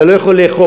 אתה לא יכול לאכוף,